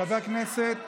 חבר הכנסת